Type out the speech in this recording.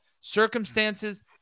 Circumstances